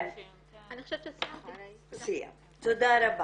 תודה רבה.